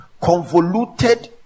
convoluted